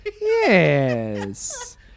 Yes